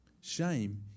Shame